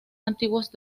antiguos